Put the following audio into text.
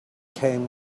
came